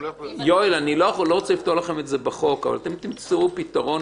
--- אני לא רוצה לפתור לכם את זה בחוק אבל אתם תמצאו פתרון.